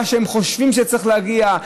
מה שהם חושבים שצריך להגיע,